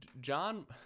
John